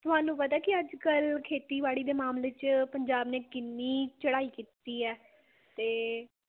ਤੁਹਾਨੂੰ ਪਤਾ ਕਿ ਅੱਜ ਕੱਲ੍ਹ ਖੇਤੀਬਾੜੀ ਦੇ ਮਾਮਲੇ 'ਚ ਪੰਜਾਬ ਨੇ ਕਿੰਨੀ ਚੜ੍ਹਾਈ ਕੀਤੀ ਹੈ ਅਤੇ